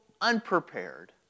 unprepared